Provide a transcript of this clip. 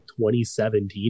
2017